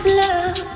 love